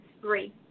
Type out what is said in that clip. three